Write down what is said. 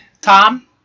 Tom